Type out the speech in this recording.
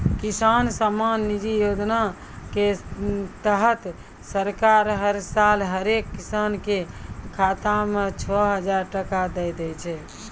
किसान सम्मान निधि योजना के तहत सरकार हर साल हरेक किसान कॅ खाता मॅ छो हजार टका दै छै